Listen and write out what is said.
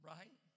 Right